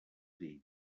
dir